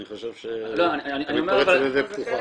אני חושב שאתה מתפרץ לדלת פתוחה.